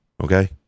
okay